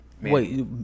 Wait